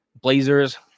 blazers